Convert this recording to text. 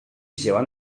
wzięła